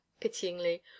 pityingly